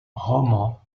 roman